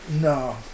No